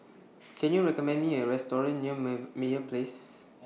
Can YOU recommend Me A Restaurant near May Meyer Place